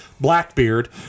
Blackbeard